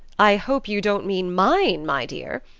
i hope you don't mean mine, my dear?